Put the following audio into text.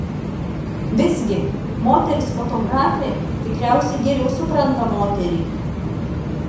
visgi moteris fotografė tikriausiai geriau supranta moterį